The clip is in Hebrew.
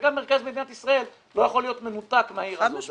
גם מרכז מדינת ישראל לא יכול להיות מנותק מהעיר הזאת.